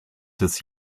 des